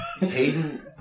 Hayden